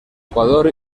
ecuador